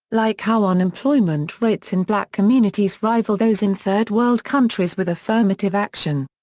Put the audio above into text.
like how unemployment rates in black communities rival those in third world countries with affirmative action.